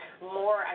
More